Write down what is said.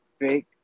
fake